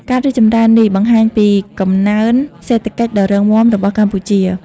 ការរីកចម្រើននេះបង្ហាញពីកំណើនសេដ្ឋកិច្ចដ៏រឹងមាំរបស់កម្ពុជា។